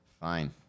Fine